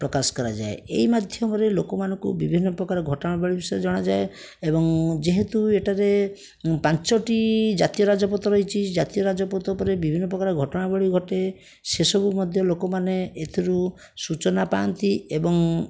ପ୍ରକାଶ କରାଯାଏ ଏଇ ମାଧ୍ୟମରେ ଲୋକମାନଙ୍କୁ ବିଭିନ୍ନପ୍ରକାର ଘଟଣାବଳୀ ବିଷୟରେ ଜଣାଯାଏ ଏବଂ ଯେହେତୁ ଏଠାରେ ପାଞ୍ଚଟି ଜାତୀୟ ରାଜପଥ ରହିଛି ଜାତୀୟ ରାଜପଥ ଉପରେ ବିଭିନ୍ନପ୍ରକାର ଘଟଣାବଳୀ ଘଟେ ସେସବୁ ମଧ୍ୟ ଲୋକମାନେ ଏଥିରୁ ସୂଚନା ପାଆନ୍ତି ଏବଂ